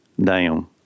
down